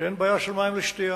שאין בעיה של מים לשתייה